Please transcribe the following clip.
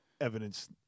evidence